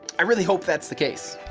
i really hope that's the case!